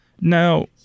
Now